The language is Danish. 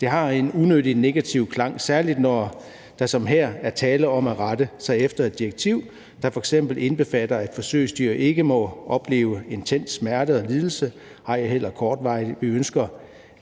Det har en unødig negativ klang, særlig når der som her er tale om at rette sig efter et direktiv, der f.eks. indbefatter, at forsøgsdyr ikke må opleve intens smerte eller lidelse, ej heller kortvarigt. Vi ønsker